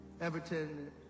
Everton